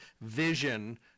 vision